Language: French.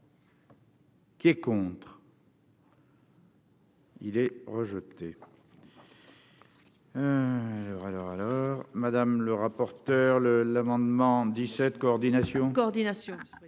Qui est contre. Il est rejeté.